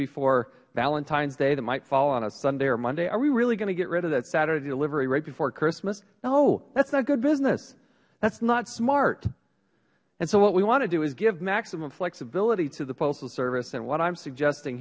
before valentines day that might fall on a sunday or monday are we really going to get rid of that saturday delivery right before christmas no that is not good business that is not smart so what we want to do is give maximum flexibility to the postal service and what i am suggesting